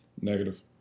Negative